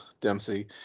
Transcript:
Dempsey